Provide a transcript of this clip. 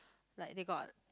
like they got